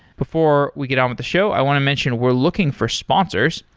before we get on with the show, i want to mention we're looking for sponsors.